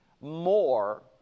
more